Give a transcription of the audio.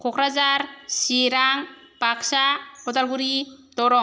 Kokrajhar Chirang Baksa Udalguri Darrang